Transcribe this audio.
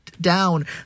down